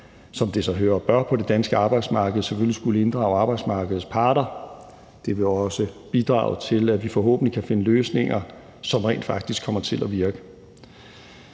som det sig hør og bør på det danske arbejdsmarked, selvfølgelig skulle inddrage arbejdsmarkedets parter. Det vil også bidrage til, at vi forhåbentlig kan finde løsninger, som rent faktisk kommer til at virke.